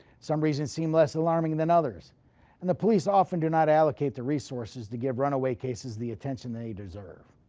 some reasons seem less alarming than others and the police often do not allocate the resources to give runaway cases the attention they deserve.